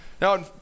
Now